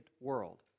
world